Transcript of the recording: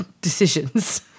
decisions